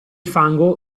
fango